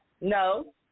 No